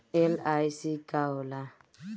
LIC का होला?